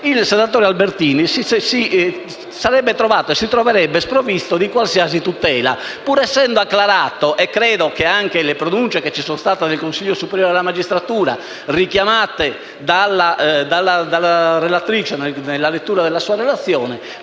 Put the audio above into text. si sarebbe trovato e si troverebbe sprovvisto di qualsiasi tutela, pur essendo acclarato - credo che anche le pronunce del Consiglio superiore della magistratura, richiamate dalla relatrice nella lettura della sua relazione,